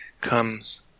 comes